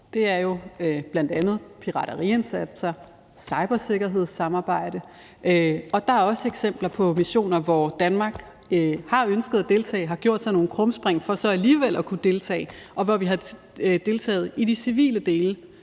Det er jo bl.a. indsatser mod pirateri og cybersikkerhedssamarbejde, og der er også eksempler på missioner, hvor Danmark har ønsket at deltage og har gjort nogle krumspring for så alligevel at kunne deltage, og hvor vi har deltaget i de civile dele,